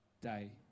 day